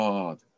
God